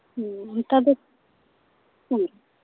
ᱦᱮᱸ ᱱᱮᱛᱟᱨ ᱫᱚ ᱦᱮᱸ